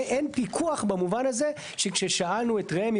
אין פיקוח במובן הזה שכששאלנו את רמ"י